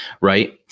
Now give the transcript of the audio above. Right